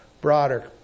broader